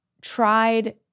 tried